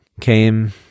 came